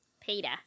Peter